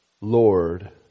Lord